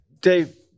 Dave